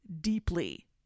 deeply